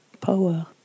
power